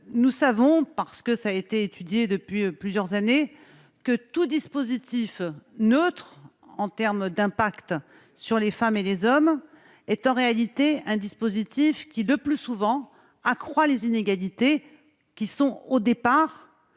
Nous savons, parce que cela a été étudié depuis plusieurs années, que tout dispositif neutre en termes d'impact sur les femmes et les hommes est en réalité un dispositif qui, le plus souvent, accroît les inégalités de départ,